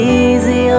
easy